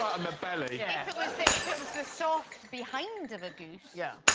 on the belly if it was the soft behind of a goose, yeah,